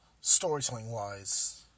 storytelling-wise